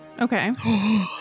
Okay